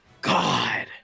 God